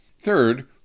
Third